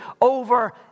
over